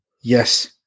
Yes